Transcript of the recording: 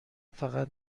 فقط